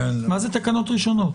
מה זה "תקנות ראשונות"?